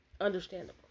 Understandable